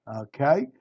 okay